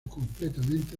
completamente